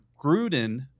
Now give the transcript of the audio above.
Gruden